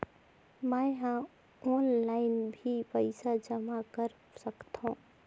मैं ह ऑनलाइन भी पइसा जमा कर सकथौं?